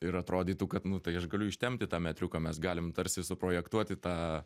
ir atrodytų kad nu tai aš galiu ištempti tą metriuką mes galim tarsi suprojektuoti tą